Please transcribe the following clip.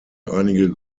einige